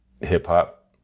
hip-hop